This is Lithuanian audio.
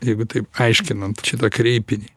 jeigu taip aiškinant šitą kreipinį